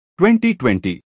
2020